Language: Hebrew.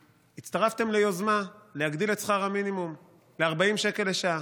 הצטרפתם ליוזמה להגדיל את שכר המינימום ל-40 שקל לשעה.